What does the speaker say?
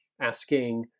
asking